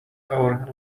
our